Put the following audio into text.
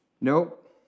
Nope